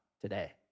today